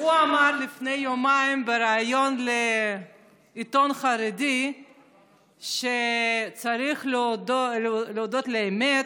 הוא אמר לפני יומיים בריאיון לעיתון חרדי שצריך להודות על האמת,